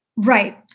Right